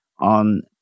on